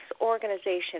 organization